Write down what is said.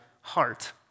heart